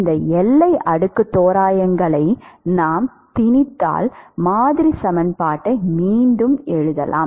இந்த எல்லை அடுக்கு தோராயங்களை நாம் திணித்தால் மாதிரி சமன்பாட்டை மீண்டும் எழுதலாம்